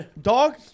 Dog